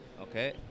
Okay